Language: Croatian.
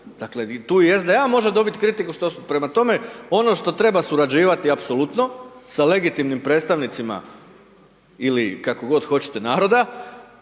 dakle, tu i SDA može dobiti kritiku što su, prema tome, ono što treba surađivati, apsolutno, sa legitimnim predstavnicima ili kako god hoćete naroda,